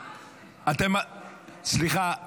סליחה,